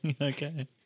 Okay